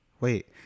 wait